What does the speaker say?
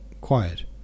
quiet